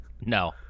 No